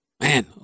man